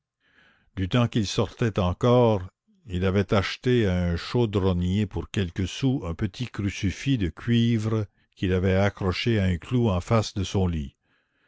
du temps qu'il sortait encore il avait acheté à un chaudronnier pour quelques sous un petit crucifix de cuivre qu'il avait accroché à un clou en face de son lit